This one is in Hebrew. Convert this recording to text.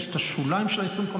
יש את השוליים של ה-25%,